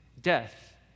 death